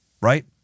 right